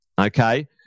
okay